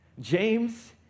James